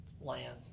land